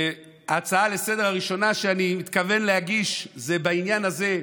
ההצעה לסדר-היום הראשונה שאני מתכוון להגיש היא בעניין הזה,